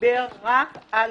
דיבר רק על